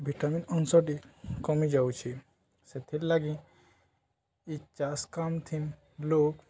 vitamin ଅଂଶଟି କମିଯାଉଛି ସେଥିରଲାଗି ଏଇ ଚାଷ କମ୍ ଥି ଲୋକ୍